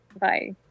Bye